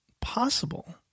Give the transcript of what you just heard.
possible